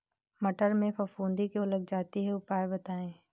मटर में फफूंदी क्यो लग जाती है उपाय बताएं?